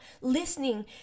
listening